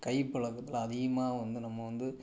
கை பழக்கத்துல அதிகமாக வந்து நம்ம வந்து